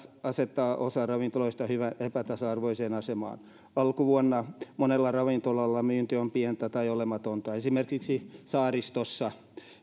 asettaa osan ravintoloista hyvin epätasa arvoiseen asemaan alkuvuonna monella ravintolalla myynti on pientä tai olematonta esimerkiksi saaristossa